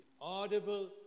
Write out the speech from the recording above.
audible